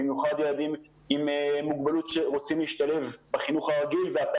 במיוחד ילדים עם מוגבלות שרוצים להשתלב בחינוך הרגיל.